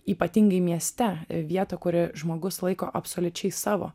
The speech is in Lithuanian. ypatingai mieste vietą kurią žmogus laiko absoliučiai savo